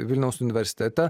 vilniaus universitete